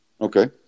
Okay